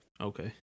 okay